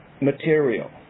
material